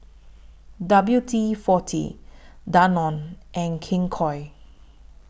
W D forty Danone and King Koil